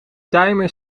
timer